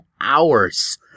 hours